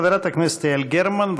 חברת הכנסת יעל גרמן,